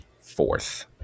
fourth